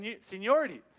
seniority